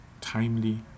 timely